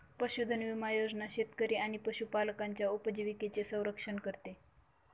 पशुधन विमा योजना शेतकरी आणि पशुपालकांच्या उपजीविकेचे संरक्षण करते